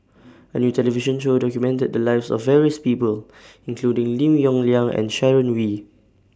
A New television Show documented The Lives of various People including Lim Yong Liang and Sharon Wee